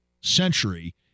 century